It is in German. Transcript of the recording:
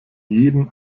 jeden